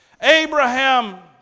Abraham